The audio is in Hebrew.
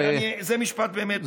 אני מייד מסיים, כן.